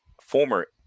former